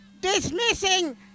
dismissing